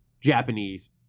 Japanese